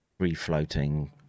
refloating